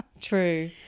true